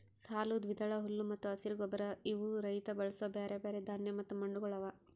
ಸಾಲು, ದ್ವಿದಳ, ಹುಲ್ಲು ಮತ್ತ ಹಸಿರು ಗೊಬ್ಬರ ಇವು ರೈತ ಬಳಸೂ ಬ್ಯಾರೆ ಬ್ಯಾರೆ ಧಾನ್ಯ ಮತ್ತ ಮಣ್ಣಗೊಳ್ ಅವಾ